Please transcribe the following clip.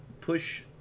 push